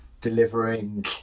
delivering